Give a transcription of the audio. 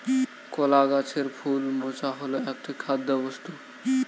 কলা গাছের ফুল মোচা হল একটি খাদ্যবস্তু